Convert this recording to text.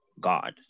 god